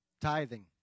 Tithing